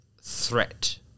threat